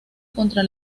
contra